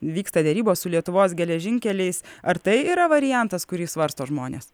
vyksta derybos su lietuvos geležinkeliais ar tai yra variantas kurį svarsto žmonės